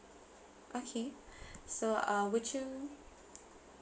okay so uh would you